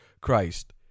Christ